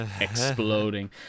exploding